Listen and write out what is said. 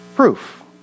Proof